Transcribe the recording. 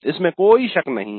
इसमें कोई शक नहीं है